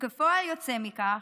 וכפועל יוצא מכך,